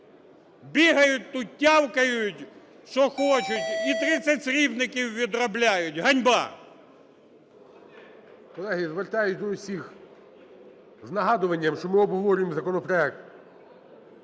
бігають тут, тявкають що хочуть і 30 срібників відробляють. Ганьба! ГОЛОВУЮЧИЙ. Колеги, звертаюсь до усіх із нагадуванням, що ми обговорюємо законопроект